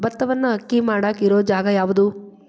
ಭತ್ತವನ್ನು ಅಕ್ಕಿ ಮಾಡಾಕ ಇರು ಜಾಗ ಯಾವುದು?